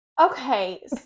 Okay